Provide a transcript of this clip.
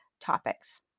topics